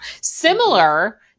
Similar